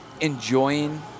enjoying